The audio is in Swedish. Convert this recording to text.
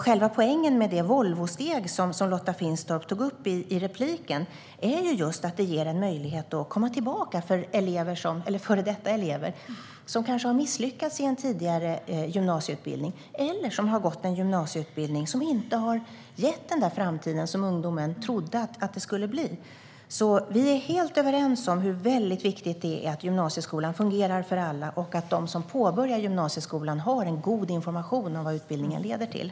Själva poängen med det Volvosteg som Lotta Finstorp tog upp är att det ger en möjlighet för före detta elever att komma tillbaka. De kanske har misslyckats i en tidigare gymnasieutbildning - eller gått en gymnasieutbildning som inte har gett den framtid ungdomen trodde. Vi är alltså helt överens om hur viktigt det är att gymnasieskolan fungerar för alla och att de som påbörjar gymnasieskolan har god information om vad utbildningen leder till.